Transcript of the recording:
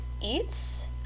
Eats